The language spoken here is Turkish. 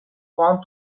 puan